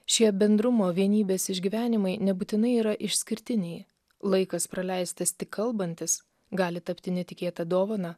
šie bendrumo vienybės išgyvenimai nebūtinai yra išskirtiniai laikas praleistas tik kalbantis gali tapti netikėta dovana